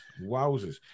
Wowzers